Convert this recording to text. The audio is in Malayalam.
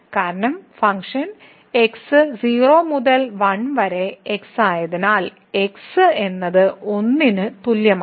കാരണം ഫംഗ്ഷൻ x 0 മുതൽ 1 വരെ x ആയതിനാൽ x എന്നത് 1 ന് തുല്യമാണ്